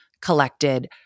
collected